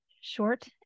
short